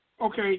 Okay